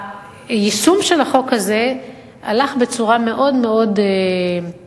היישום של החוק הזה הלך בצורה מאוד מאוד אטית,